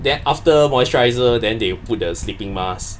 then after moisturiser then they put the sleeping mask